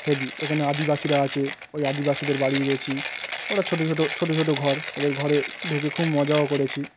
heavy ওখানে আদিবাসীরা আছে ওই আদিবাসীদের বাড়ি গেছি ওরা ছোট ছোট ছোট ছোট ঘর ওদের ঘরে ঢুকে খুব মজাও করেছি